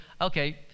okay